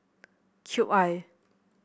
Cube I